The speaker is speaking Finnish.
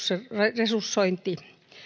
aliresursointi